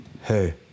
hey